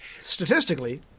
Statistically